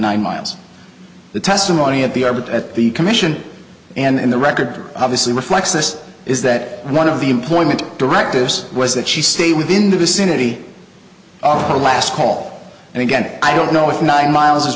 nine miles the testimony at the r but at the commission and in the record obviously reflects this is that one of the employment directives was that she stay within the vicinity of the last call and again i don't know if nine miles is